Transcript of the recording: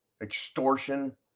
extortion